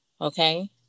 Okay